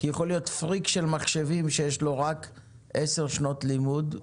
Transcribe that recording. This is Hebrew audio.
כי יכול להיות פריק של מחשבים שיש לו רק עשר שנות לימוד,